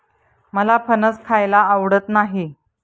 मला फणस खायला आवडत नाही